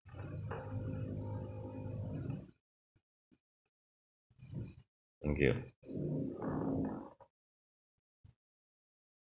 thank you